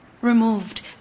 removed